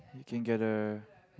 you can gather